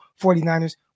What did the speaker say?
49ers